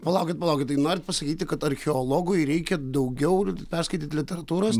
palaukit palaukit tai norit pasakyti kad archeologui reikia daugiau perskaityt literatūros